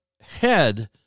head